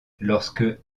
lorsque